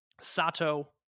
Sato